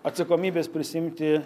atsakomybės prisiimti